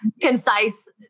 concise